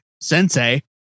sensei